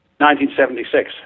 1976